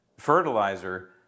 Fertilizer